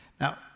Now